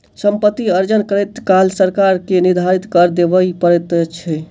सम्पति अर्जन करैत काल सरकार के निर्धारित कर देबअ पड़ैत छै